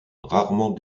rarement